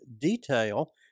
detail